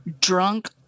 drunk